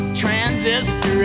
transistor